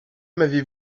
m’avez